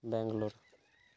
Bangalore